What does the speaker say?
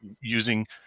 using